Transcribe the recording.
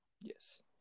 Yes